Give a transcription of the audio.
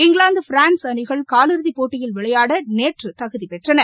England France அணிகள் காலிறுதி போட்டியில் விளையாட நேற்று தகுதி பெற்றன